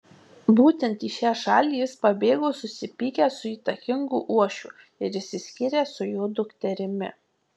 būtent į šią šalį jis pabėgo susipykęs su įtakingu uošviu ir išsiskyręs su jo dukterimi